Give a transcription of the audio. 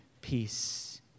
peace